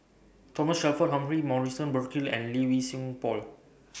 Thomas Shelford Humphrey Morrison Burkill and Lee Wei Song Paul